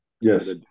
Yes